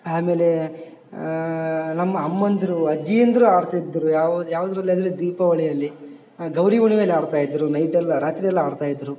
ಆಮೇಲೆ ನಮ್ಮ ಅಮ್ಮಂದರು ಅಜ್ಜೀನ್ದ್ರು ಆಡ್ತಿದ್ದರು ಯಾವ ಯಾವ್ದರಲ್ಲಿ ಅಂದರೆ ದೀಪಾವಳಿಯಲ್ಲಿ ಗೌರಿ ಹುಣ್ಮೇಲಿ ಆಡ್ತಾ ಇದ್ದರು ನೈಟೆಲ್ಲ ರಾತ್ರಿಯೆಲ್ಲ ಆಡ್ತಾ ಇದ್ದರು